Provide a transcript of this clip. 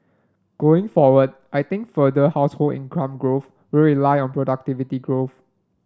going forward I think further household income growth will rely on productivity growth